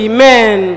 Amen